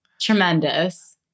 tremendous